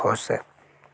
खुश